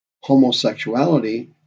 homosexuality